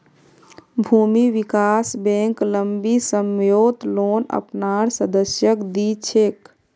भूमि विकास बैंक लम्बी सम्ययोत लोन अपनार सदस्यक दी छेक